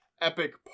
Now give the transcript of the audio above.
epic